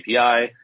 API